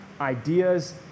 ideas